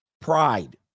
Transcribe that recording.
Pride